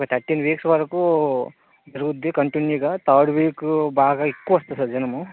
thirteen weeks వరకూ జరుగుద్ది continue గా థర్డ్ వీక్ బాగా ఎక్కువ వస్తారు సార్ జనము